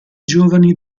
giovani